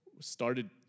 started